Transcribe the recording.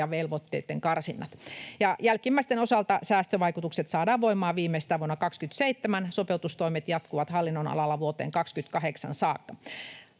ja velvoitteitten karsinnat. Jälkimmäisten osalta säästövaikutukset saadaan voimaan viimeistään vuonna 27. Sopeutustoimet jatkuvat hallinnonalalla vuoteen 28 saakka.